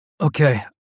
Okay